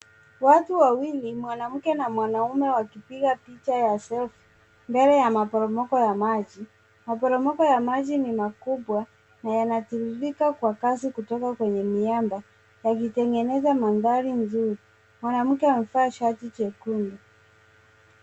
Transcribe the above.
Watu wawili, mwanamke na mwanaume wakipiga picha ya selfie mbele ya maporomoko ya maji. Maporomoko ya maji ni makubwa na yanatiririka kwa kasi kutoka kwenye miamba yakitengeneza mandhari mzuri. Mwanamke amevaa shati jekundu.